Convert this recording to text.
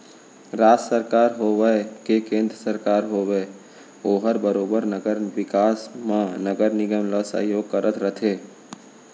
राज सरकार होवय के केन्द्र सरकार होवय ओहर बरोबर नगर बिकास म नगर निगम ल सहयोग करत रथे